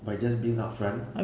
by just being upfront